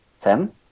Ten